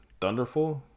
Thunderful